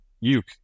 uke